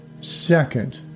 Second